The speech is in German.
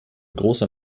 großer